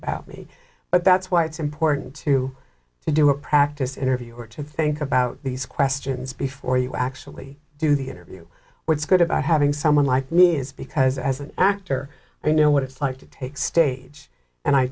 about me but that's why it's important to do a practice interview or to think about these questions before you actually do the interview what's good about having someone like me is because as an actor i know what it's like to take stage and i